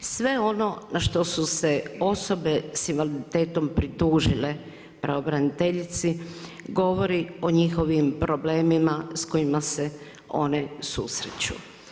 Sve ono na što su se osobe sa invaliditetom pritužile pravobraniteljici govori o njihovim problemima s kojima se one susreću.